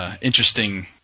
interesting